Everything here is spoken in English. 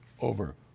over